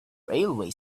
railway